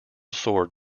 sword